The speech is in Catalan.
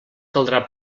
caldrà